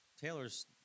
Taylor's